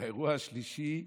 והאירוע השלישי,